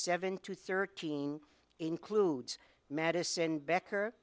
seven to thirteen includes madison becker